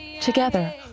Together